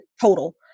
total